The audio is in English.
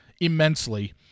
immensely